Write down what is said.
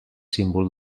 símbol